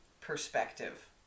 perspective